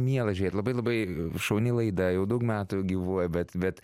miela žiūrėt labai labai šauni laida jau daug metų gyvuoja bet bet